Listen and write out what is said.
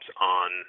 on